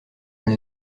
elle